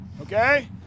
Okay